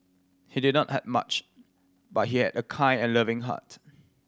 he did not have much but he had a kind and loving heart